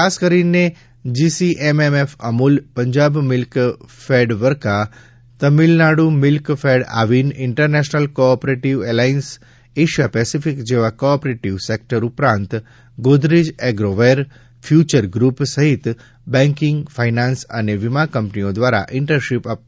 ખાસ કરીને GCNMF Amul Punjab milk fed Verka Tamil Nadu milk fed Aavin international cooperative alliance Asia Pacific જેવા cooperative sector ઉપરાંત Godrej agrovet future group સહિત banking finance અને વીમા કંપનીઓ દ્વારા ઈન્ટર્નશીપ બનાવવામાં આવી હતી